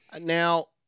Now